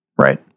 Right